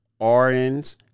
RNs